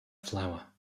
flower